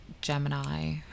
Gemini